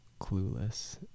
clueless